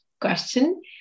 question